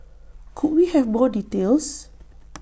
could we have more details